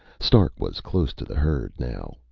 stark was close to the herd now.